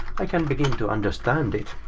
i can begin to understand it.